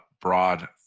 broad